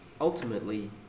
ultimately